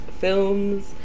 Films